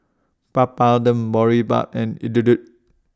Papadum Boribap and Idili